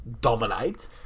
dominate